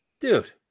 Dude